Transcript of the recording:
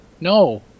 No